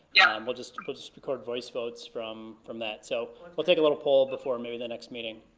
yeah and we'll just we'll just record voice votes from from that. so we'll take a little poll before maybe the next meeting.